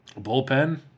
Bullpen